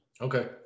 okay